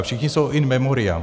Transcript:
Všichni jsou in memoriam.